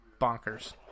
bonkers